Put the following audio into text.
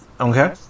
Okay